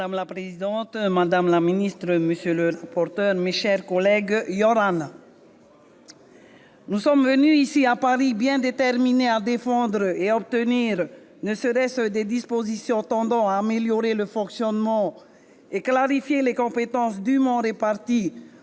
Madame la présidente, madame la ministre, monsieur le rapporteur, mes chers collègues, ! Nous sommes venus ici à Paris, bien déterminés à défendre et à obtenir ne serait-ce que des dispositions tendant à améliorer le fonctionnement de nos diverses institutions et à clarifier les compétences dûment réparties